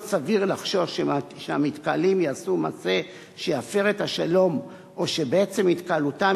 סביר לחשוש שהמתקהלים יעשו מעשה שיפר את השלום או שבעצם התקהלותם